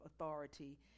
Authority